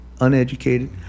uneducated